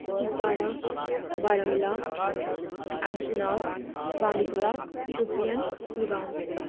Kupwara Baramulla Anantnag Bandipora Shopian Kulgam